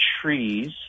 trees